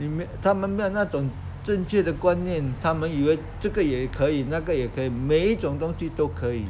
他们没有那种正确的观念他们以后这个也可以那个也可以每一种东西都可以